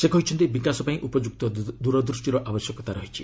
ସେ କହିଛନ୍ତି ବିକାଶପାଇଁ ଉପଯୁକ୍ତ ଦୂରଦୃଷ୍ଟିର ଆବଶ୍ୟକତା ରହିଛି